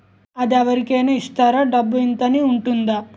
అది అవరి కేనా ఇస్తారా? డబ్బు ఇంత అని ఉంటుందా?